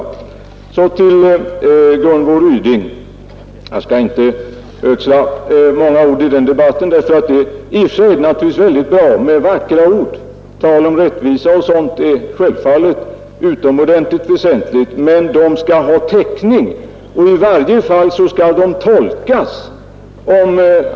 Så några ord till fru Gunvor Ryding. Det är i och för sig bra med vackra ord och att det är givetvis mycket väsentligt att rättvisa skipas. Men de vackra orden skall också ha täckning. I varje fall skall de tolkas.